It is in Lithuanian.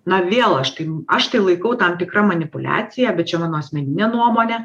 na vėl aš tai aš tai laikau tam tikra manipuliacija bet čia mano asmeninė nuomonė